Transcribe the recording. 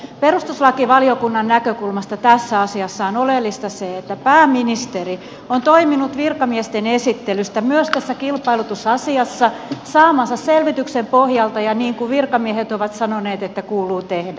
perustuslakivaliokunnan näkökulmasta tässä asiassa on oleellista se että pääministeri on toiminut virkamiesten esittelystä myös tässä kilpailutusasiassa saamansa selvityksen pohjalta ja niin kuin virkamiehet ovat sanoneet että kuuluu tehdä